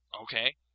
Okay